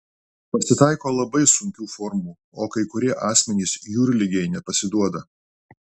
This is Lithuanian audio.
pasitaiko labai sunkių formų o kai kurie asmenys jūrligei nepasiduoda